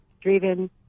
driven